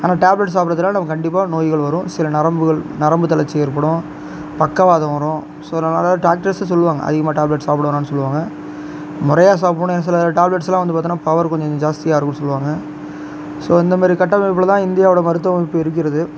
ஆனால் டேப்லெட்ஸ் சாப்பிட்றத்துனால நமக்கு கண்டிப்பாக நோய்கள் வரும் சில நரம்புகள் நரம்பு தளர்ச்சி ஏற்படும் பக்கவாதம் வரும் ஸோ அதனால டாக்டர்சே சொல்லுவாங்க அதிகமாக டேப்லெட் சாப்பிட வேணான்னு சொல்லுவாங்க நிறையா சாப்பிட்ணும் சில டேப்லெட்ஸ்லாம் வந்து பார்த்தோம்னா பவர் கொஞ்சம் ஜாஸ்தியாக இருக்கும்ன்னு சொல்லுவாங்க ஸோ இந்தமாதிரி கட்டமைப்பில் தான் இந்தியாவோடய மருத்துவமைப்பு இருக்கிறது